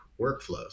workflows